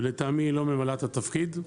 ולטעמי היא לא ממלאת את התפקיד.